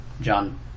John